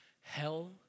Hell